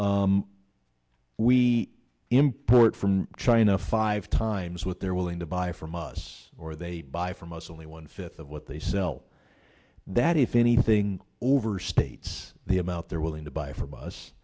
we import from china five times what they're willing to buy from us or they buy from us only one fifth of what they sell that if anything overstates the i'm out there willing to buy from us